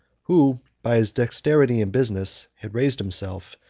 who, by his dexterity in business, had raised himself,